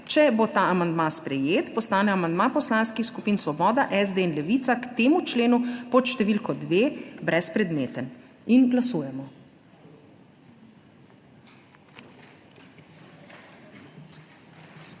Če bo ta amandma sprejet, postane amandma Poslanskih skupin Svoboda, SD in Levica k temu členu pod številko dve brezpredmeten. Glasujemo.